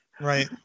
Right